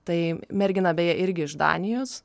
tai mergina beje irgi iš danijos